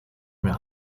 mir